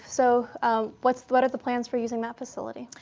so what so what are the plans for using that facility?